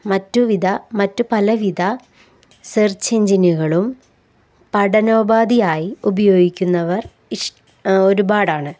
മറ്റുവിധ മറ്റു പലവിധ സെർച്ച് എഞ്ചിനുകളും പഠനോപാധിയായി ഉപയോഗിക്കുന്നവർ ഒരുപാടാണ്